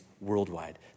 worldwide